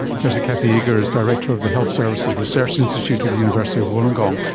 professor kathy eagar is director of the health services research institute at the university of wollongong.